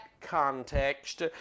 context